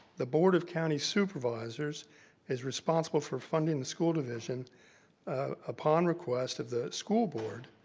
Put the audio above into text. the board of county supervisors is responsible for funding the school division upon request of the school board,